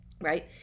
right